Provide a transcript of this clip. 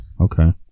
Okay